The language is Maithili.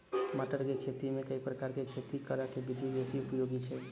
मटर केँ खेती मे केँ प्रकार केँ खेती करऽ केँ विधि बेसी उपयोगी छै?